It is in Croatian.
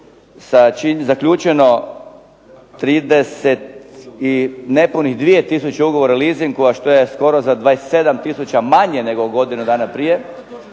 zaključeno nepunih 32 tisuće ugovora o leasingu, a što je skoro za 27 tisuća manje nego godinu dana prije